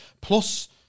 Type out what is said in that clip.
plus